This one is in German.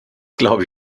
glaube